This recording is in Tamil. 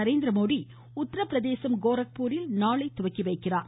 நரேந்திரமோடி உத்திரப்பிரதேசம் கோரக்பூரில் நாளை தொடங்கி வைக்கிறார்